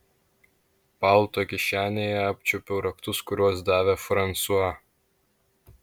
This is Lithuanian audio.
palto kišenėje apčiuopiau raktus kuriuos davė fransua